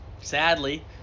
Sadly